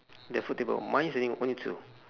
the foot table mine is only only two